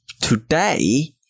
today